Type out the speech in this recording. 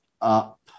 up